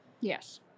Yes